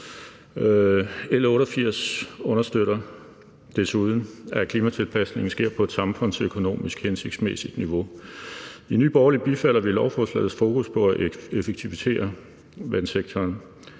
L 98 understøtter desuden, at klimatilpasningen sker på et samfundsøkonomisk hensigtsmæssigt niveau. I Nye Borgerlige bifalder vi lovforslagets fokus på at effektivisere vandsektoren.